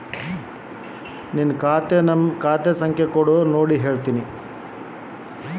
ಯಪ್ಪ ಸರ್ ನನ್ನ ಖಾತೆಗೆ ದುಡ್ಡು ಬಂದಿದೆಯ?